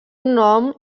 nom